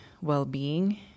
well-being